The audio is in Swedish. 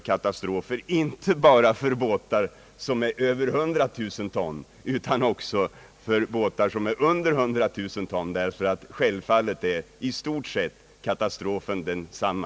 Detta gäller inte bara för fartyg som är över 100 000 ton utan också för sådana som är under 100 000, ty självfallet blir katastrofen i stort sett densamma.